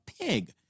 pig